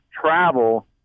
travel